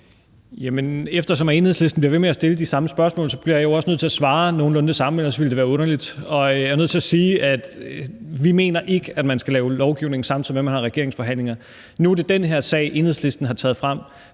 Eftersom Enhedslisten bliver ved med at stille det samme spørgsmål, bliver jeg jo også nødt til at svare nogenlunde det samme, for ellers ville det være underligt. Og jeg er nødt til at sige, at vi ikke mener, man skal lave lovgivning, samtidig med at man har regeringsforhandlinger. Nu er det den her sag, Enhedslisten har taget frem.